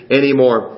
anymore